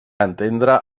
entendre